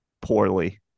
poorly